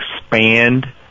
expand